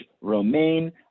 romaine